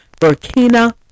Burkina